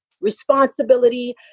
responsibility